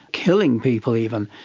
killing people even.